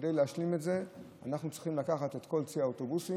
כדי להשלים את זה אנחנו צריכים לקחת את כל ציי האוטובוסים,